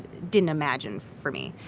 didn't imagine for me.